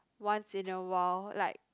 once in a while like